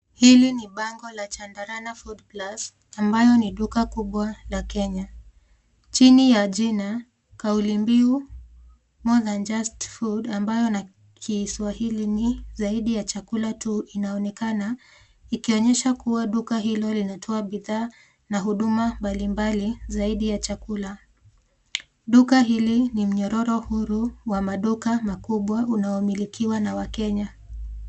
Hili ni bango la chandarana foodplus ambayo ni duka kubwa ya Kenya. Chini ya jina, kaulimbiu more than just food ambayo na kiswahili ni zaidi ya chakula tu inaonekana ikionyesha kuwa duka hilo linatoa bidhaa na huduma mbalimbali zaidi ya chakula. Duka hili ni mnyororo huru wa maduka makubwa makubwa inayomilikiwa na wakenya.